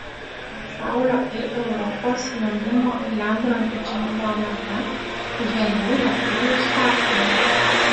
pasaulio ir europos jaunimo ledrogių čempionate dviejų lietuvių startai